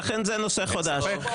לכן זה נושא חדש.